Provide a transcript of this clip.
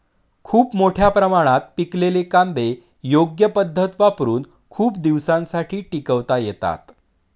खूप मोठ्या प्रमाणात पिकलेले कांदे योग्य पद्धत वापरुन खूप दिवसांसाठी टिकवता येतात